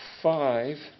five